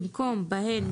במקום "בהן,